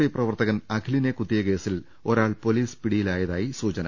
I പ്രവർത്തകൻ അഖിലിനെ കുത്തിയു ദ്യേസിൽ ഒരാൾ പൊലീസ് പിടിയിലായതായി സൂചന